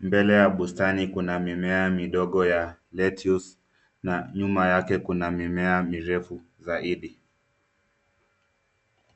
Mbele ya bustani kuna mimea midogo ya Lettuce na nyuma yake kuna mimea mirefu zaidi.